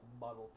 muddled